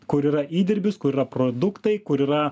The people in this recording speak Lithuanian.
kur yra įdirbis kur yra produktai kur yra